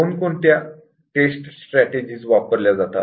कोणकोणत्या test strategy वापरल्या जातात